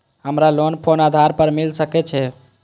हमरा लोन कोन आधार पर मिल सके छे?